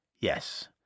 Yes